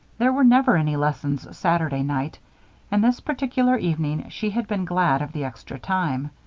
there were never any lessons saturday night and this particular evening she had been glad of the extra time.